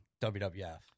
WWF